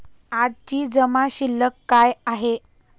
आजची जमा शिल्लक काय आहे?